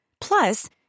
Plus